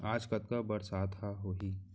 आज कतका बरसात ह होही?